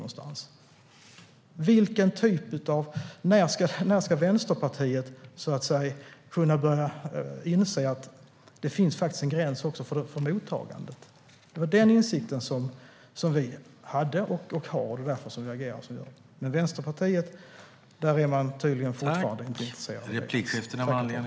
När ska Vänsterpartiet börja inse att det faktiskt finns en gräns också för mottagandet? Det var den insikten som vi hade och har, och det är därför vi agerar som vi gör. Men Vänsterpartiet är tydligen fortfarande inte intresserat av det.